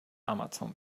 amazon